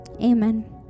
amen